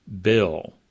bill